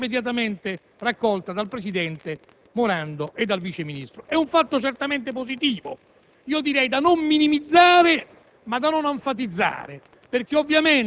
anche per sollecitazione dell'opposizione immediatamente raccolta dal presidente Morando e dal Vice ministro. È un fatto certamente positivo, da non minimizzare